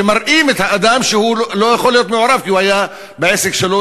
שמראות שהאדם לא יכול להיות מעורב כי הוא היה בעסק שלו,